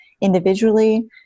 individually